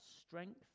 strength